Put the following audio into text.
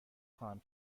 خواهم